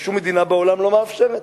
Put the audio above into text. ששום מדינה בעולם לא מאפשרת,